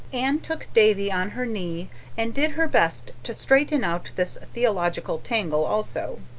anne took davy on her knee and did her best to straighten out this theological tangle also.